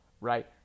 right